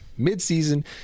midseason